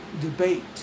debate